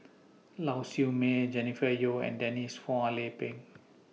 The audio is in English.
Lau Siew Mei Jennifer Yeo and Denise Phua Lay Peng